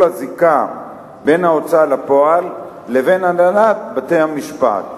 הזיקה בין ההוצאה לפועל לבין הנהלת בתי-המשפט.